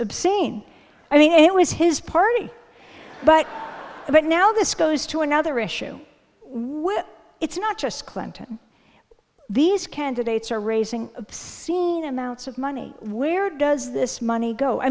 obscene i mean it was his party but but now this goes to another issue where it's not just clinton these candidates are raising scene amounts of money where does this money go i